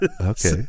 Okay